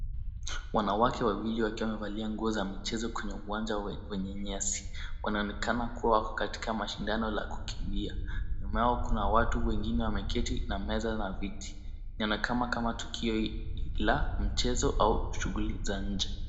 Wanawake wawili wakiwa wamevalia nguo za mchezo kwenye uwanja wenye nyasi. Wanaonekana kuwa wako katika mashindano la kukimbia. Nyuma yao kuna watu wengine wameketi na meza na viti. Yanakaa kama tukio la mchezo au shughuli za nje.